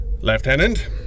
Lieutenant